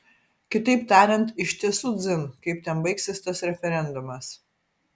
kitaip tariant iš tiesų dzin kaip ten baigsis tas referendumas